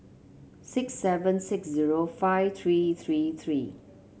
six seven six zero five three three three